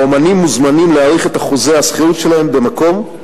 והאמנים מוזמנים להאריך את חוזי השכירות שלהם במקום,